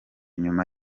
nyuma